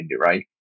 right